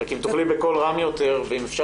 בסיום הביקור הבטחת לאימא שלי שתחוקק